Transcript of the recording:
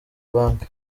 bank